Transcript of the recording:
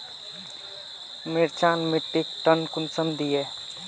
मिर्चान मिट्टीक टन कुंसम दिए?